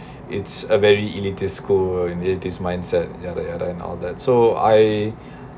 it's a very elitist school in this mindset in all that so I